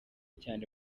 cyane